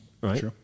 Right